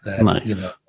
Nice